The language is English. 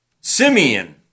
Simeon